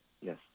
Yes